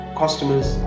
customers